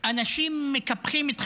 אנשים מקפחים את חייהם,